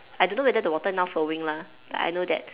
I do not know whether water now flowing lah but I know that